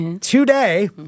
today